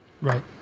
Right